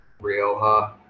Rioja